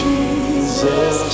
Jesus